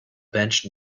bench